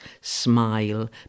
Smile